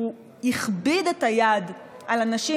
שהכביד את היד על הנשים,